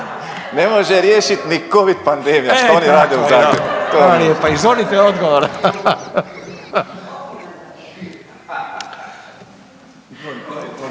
ne može riješiti ni Covid pandemija što oni rade u Zagrebu. **Radin, Furio